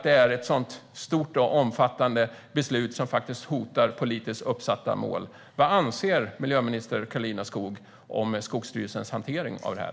Det är ett stort och omfattande beslut som hotar politiskt uppsatta mål. Vad anser miljöminister Karolina Skog om Skogsstyrelsens hantering av det här?